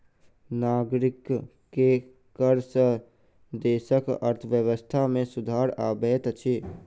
नागरिक के कर सॅ देसक अर्थव्यवस्था में सुधार अबैत अछि